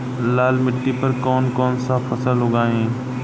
लाल मिट्टी पर कौन कौनसा फसल उगाई?